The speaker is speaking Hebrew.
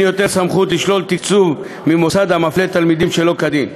יותר סמכות לשלול תקצוב ממוסד המפלה תלמידים שלא כדין.